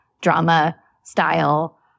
drama-style